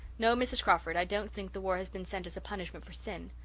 no, mrs. crawford, i don't think the war has been sent as a punishment for sin.